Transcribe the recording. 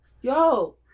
Yo